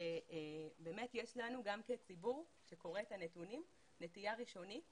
שבאמת יש לנו גם כציבור שקורא את הנתונים נטייה ראשונית